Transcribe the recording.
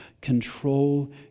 control